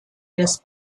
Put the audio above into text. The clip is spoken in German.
des